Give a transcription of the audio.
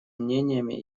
мнениями